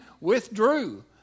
withdrew